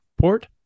port